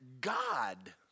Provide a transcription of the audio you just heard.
God